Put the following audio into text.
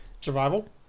Survival